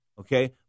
Okay